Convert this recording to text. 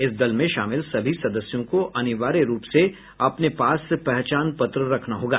इस दल में शामिल सभी सदस्यों को अनिवार्य रूप से अपने पास पहचान पत्र रखना होगा